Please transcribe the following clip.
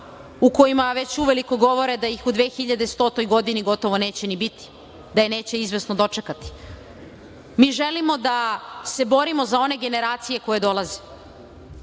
u kojima već uveliko govore da ih u 2100. godini gotovo neće ni biti, da je neće izvesno dočekati. Mi želimo da se borimo za one generacije koje dolaze.